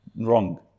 Wrong